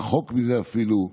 רחוק מזה אפילו,